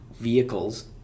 vehicles